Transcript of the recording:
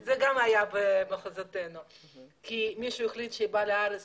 כי מישהו החליט שהיא באה לארץ